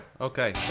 Okay